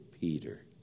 Peter